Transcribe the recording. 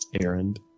Errand